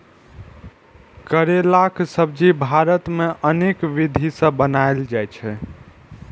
करैलाक सब्जी भारत मे अनेक विधि सं बनाएल जाइ छै